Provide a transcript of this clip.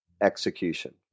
execution